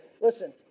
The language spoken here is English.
Listen